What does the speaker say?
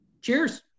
Cheers